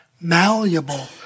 malleable